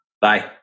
Bye